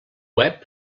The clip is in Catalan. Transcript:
web